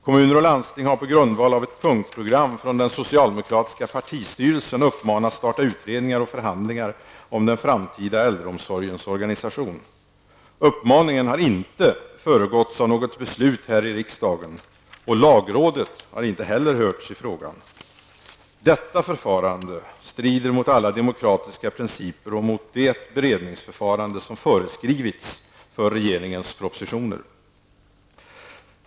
Kommuner och landsting har på grundval av ett punktprogram från den socialdemokratiska partistyrelsen uppmanats att starta utredningar och förhandlingar om den framtida äldreomsorgens organisation. Uppmaningen har inte föregåtts av något beslut i riksdagen och lagrådet har inte heller hörts i frågan. Detta förfarande strider mot alla demokratiska principer och mot det beredningsförfarande som föreskrivits för regeringens propositioner.